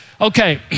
Okay